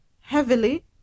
heavily